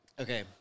okay